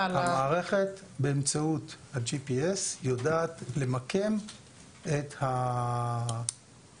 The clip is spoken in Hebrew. על ה המערכת באמצעות ה- JPS יודעת למקם את המאיים.